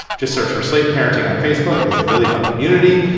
just search for slate parenting on facebook. it is a really fun community.